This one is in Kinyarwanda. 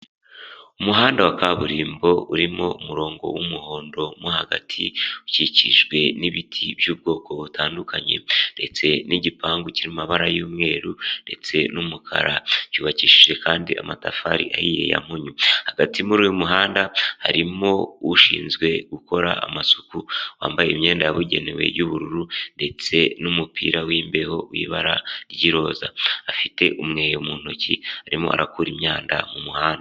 Umuhanda wa kaburimbo urimo umurongo w'umuhondo mo hagati ukikijwe n'ibiti by'ubwoko butandukanye ndetse n'igipangu kiri mu mabara y'umweru ndetse n'umukara cyubakishije kandi amatafari ahiye ya mpunyu, hagati muri uyu muhanda harimo ushinzwe gukora amasuku wambaye imyenda yabugenewe y'ubururu ndetse n'umupira w'imbeho w'ibara ry'iroza, afite umweyo mu ntoki arimo arakura imyanda mu muhanda.